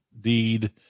deed